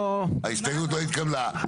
ההסתייגות לא התקבלה.